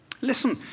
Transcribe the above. Listen